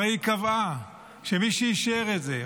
הרי היא קבעה שמי שאישר את זה,